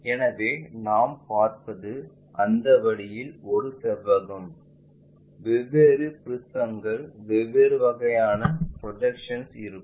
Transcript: எனவே நாம் பார்ப்பது அந்த வழியில் ஒரு செவ்வகம் வெவ்வேறு ப்ரிஸங்கள் வெவ்வேறு வகையான ப்ரொஜெக்ஷன்ஸ் இருக்கும்